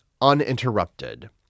uninterrupted